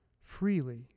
Freely